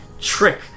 trick